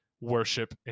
worship